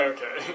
Okay